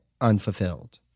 unfulfilled